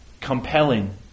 compelling